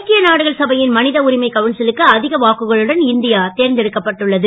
ஐக்கிய நாடுகள் சபையின் மனித உரிமை கவுன்சிலுக்கு அதிக வாக்குகளுடன் இந்தியா தேர்ந்தெடுக்கப்பட்டுள்ளது